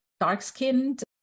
dark-skinned